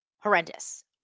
Horrendous